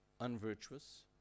unvirtuous